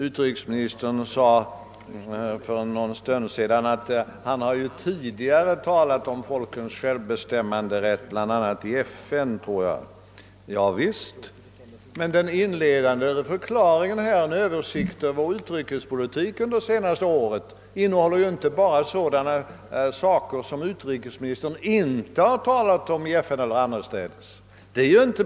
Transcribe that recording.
För någon stund sedan sade utrikesministern att han har ju tidigare talat om folkens självbestämmanderätt, bl.a. i FN. Javisst, men den inledande förklaringen, närmast en översikt över viktiga sidor av utrikespolitiken under det senaste året, innehåller inte bara sådana saker som utrikesministern inte talat om i FN eller annorstädes.